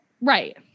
Right